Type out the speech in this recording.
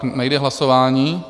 Nejde hlasování?